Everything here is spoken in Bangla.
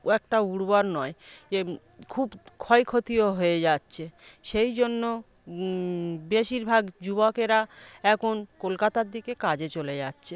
খুব একটা উর্বর নয় এ খুব ক্ষয়ক্ষতিও হয়ে যাচ্ছে সেই জন্য বেশিরভাগ যুবকেরা এখন কলকাতার দিকে কজে চলে যাচ্ছে